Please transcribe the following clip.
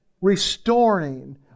restoring